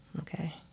Okay